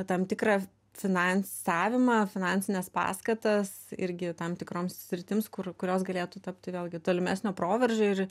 tam tikrą finansavimą finansines paskatas irgi tam tikroms sritims kur kurios galėtų tapti vėlgi tolimesnio proveržio ir